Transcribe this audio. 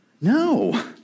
No